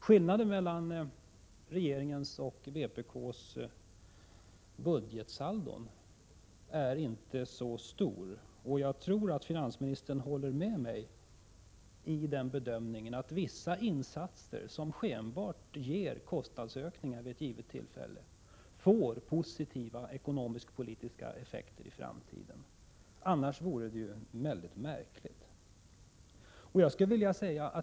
Skillnaden mellan regeringens och vpk:s budgetsaldo är inte särskilt stor, och jag tror att finansministern håller med mig i bedömningen att vissa insatser som vid ett givet tillfälle skenbart ger kostnadsökningar får positiva ekonomiskpolitiska effekter i framtiden. Annars vore det mycket märkligt.